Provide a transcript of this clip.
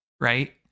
Right